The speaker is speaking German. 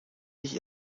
ich